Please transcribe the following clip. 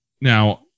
Now